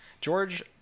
George